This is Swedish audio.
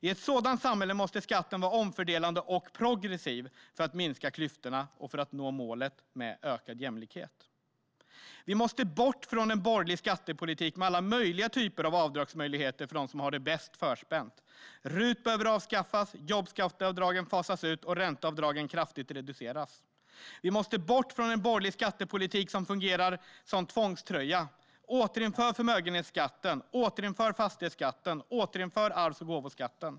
I ett sådant samhälle måste skatten vara omfördelande och progressiv för att minska klyftorna och för att vi ska nå målet om ökad jämlikhet. Vi måste bort från en borgerlig skattepolitik med alla möjliga typer av avdragsmöjligheter för dem som har det bäst förspänt. RUT behöver avskaffas, jobbskatteavdragen fasas ut och ränteavdragen kraftigt reduceras. Vi måste bort från en borgerlig skattepolitik som fungerar som tvångströja. Vi vill återinföra förmögenhetsskatten, fastighetsskatten och arvs och gåvoskatten.